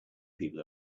people